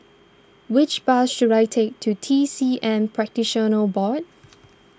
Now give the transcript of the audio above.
which bus should I take to T C M Practitioners Board